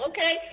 Okay